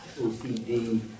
OCD